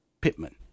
Pittman